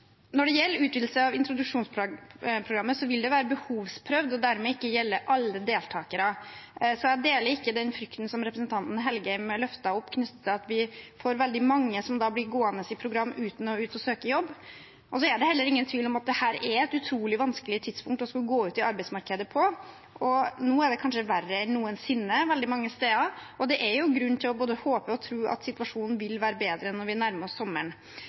Når det gjelder utvidelse av introduksjonsprogrammet, vil det være behovsprøvd og dermed ikke gjelde alle deltakerne, så jeg deler ikke den frykten som representanten Engen-Helgheim løftet opp, knyttet til at vi får veldig mange som blir gående i program uten å søke jobb. Det er heller ingen tvil om at dette er et utrolig vanskelig tidspunkt å gå ut i arbeidsmarkedet på. Nå er det kanskje verre enn noensinne veldig mange steder. Det er grunn til å både håpe og tro at situasjonen vil være bedre når vi nærmer oss sommeren.